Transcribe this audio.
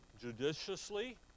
judiciously